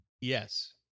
yes